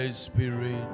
spirit